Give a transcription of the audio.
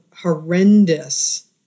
horrendous